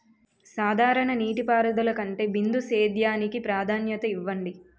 సాధారణ నీటిపారుదల కంటే బిందు సేద్యానికి ప్రాధాన్యత ఇవ్వండి